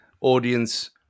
audience